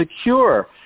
secure